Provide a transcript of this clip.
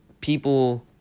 people